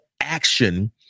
action